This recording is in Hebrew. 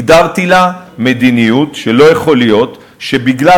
הגדרתי לה מדיניות שלא יכול להיות שבגלל